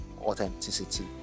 authenticity